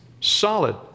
solid